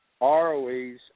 ROEs